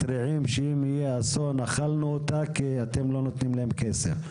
הם מתריעים שאם יהיה אסון אנחנו אכלנו אותה כי אתם לא נותנים להם כסף,